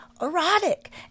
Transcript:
erotic